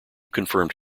confirmed